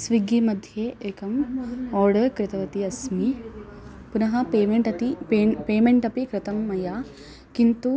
Swiggy मध्ये एकम् order कृतवती अस्मि पुनः पेमेण्ट् अपि पेन् पेमेण्ट् अपि कृतं मया किन्तु